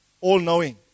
all-knowing